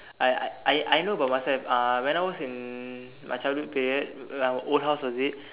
I I I know about myself uh when I was in my childhood period uh my old house was big